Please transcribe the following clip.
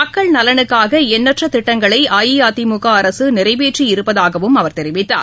மக்கள் நலனுக்காக எண்ணற்ற திட்டங்களை அஇஅதிமுக அரசு நிறைவேற்றி இருப்பதாகவும் அவர் தெரிவித்தார்